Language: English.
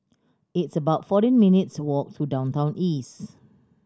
it's about fourteen minutes' walk to Downtown East